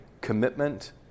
commitment